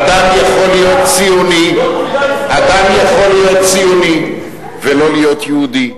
אדם יכול להיות ציוני ולא להיות יהודי,